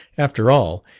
after all,